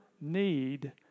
need